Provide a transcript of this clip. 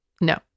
no